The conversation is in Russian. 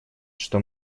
что